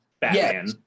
Batman